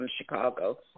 Chicago